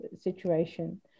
situation